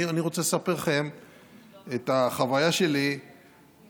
אני רוצה לספר לכם את החוויה שלי סביב